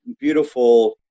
beautiful